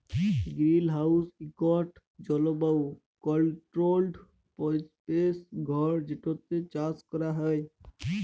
greenhouse ইকট জলবায়ু controlled পরিবেশ ঘর যেটতে চাষ ক্যরা হ্যয়